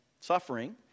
suffering